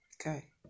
okay